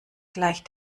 gleich